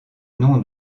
nom